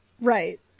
right